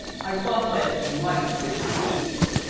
i thought that you might wish to aid him!